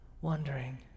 wondering